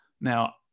Now